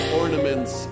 ornaments